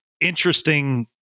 interesting